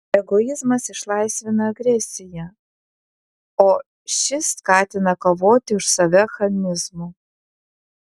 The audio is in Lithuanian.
egoizmas išlaisvina agresiją o ši skatina kovoti už save chamizmu